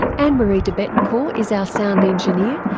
ann marie de bettencor is our sound engineer,